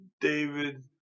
david